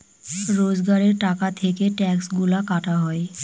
রোজগারের টাকা থেকে ট্যাক্সগুলা কাটা হয়